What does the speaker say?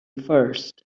first